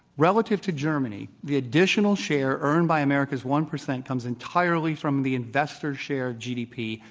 relative to germany, the additional share earned by america's one percent comes entirely from the investors' share of gdp,